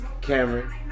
Cameron